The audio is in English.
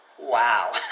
Wow